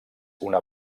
una